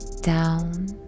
down